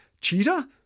Cheetah